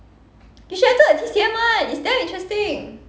you should have took the T_C_M one it's damn interesting